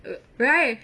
err right